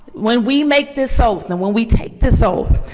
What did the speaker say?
when we make this oath, and and when we take this oath,